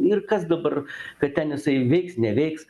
ir kas dabar kad ten jisai veiks neveiks